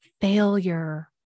failure